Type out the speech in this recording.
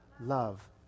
love